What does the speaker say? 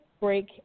break